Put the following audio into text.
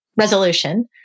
resolution